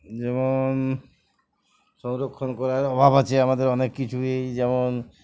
যেমন সংরক্ষণ করার অভাব আছে আমাদের অনেক কিছুই যেমন